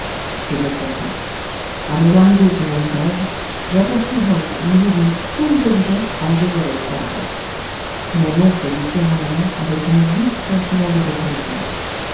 je me trompais a mon arrivée sur le rivage j'aperçus hans au milieu d'une foule d'objets rangés avec ordre mon oncle lui serra la main avec un vif sentiment de reconnaissance